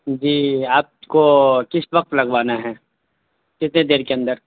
جی آپ کو کس وقت لگوانا ہیں کتنے دیر کے اندر